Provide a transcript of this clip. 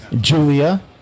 Julia